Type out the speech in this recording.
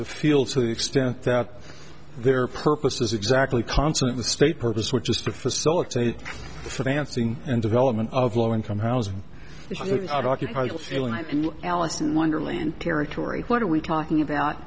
the field so the extent that their purpose is exactly constant the state purpose which is to facilitate the financing and development of low income housing occupied in alice in wonderland territory what are we talking about